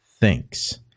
thinks